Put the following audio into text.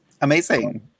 Amazing